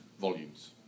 volumes